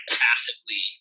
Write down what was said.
passively